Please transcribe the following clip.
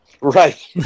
right